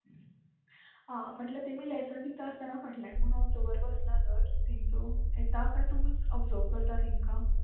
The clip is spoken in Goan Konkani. आ म्हटल्यार तेमी लेसन दिता आसतना फाटल्यान कोणू ऑब्जर बसना तर तेंचो येता कांय तुमी ऑब्जर्व करता तेंकां